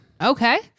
Okay